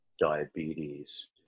diabetes